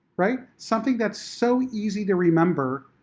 right? something that's so easy to remember,